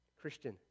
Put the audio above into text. Christian